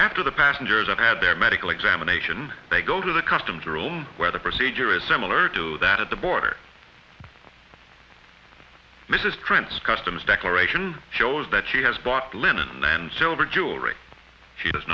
after the passengers have had their medical examination they go to the customs room where the procedure is similar to that at the border mrs prints customs declaration shows that she has bought linen and silver jewelry she does